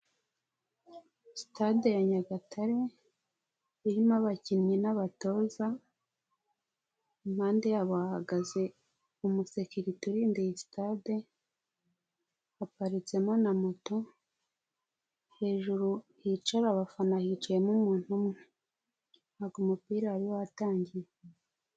Sitade ya nyagatare irimo abakinnyi n'abatoza, impande yabo hahagaze umusekiriti urinda iyi sitade, haparitsemo na moto, hejuru hicara abafana hicayemo umuntu umwe, ntago umupira wari watangira.